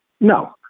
No